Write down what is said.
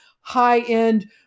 high-end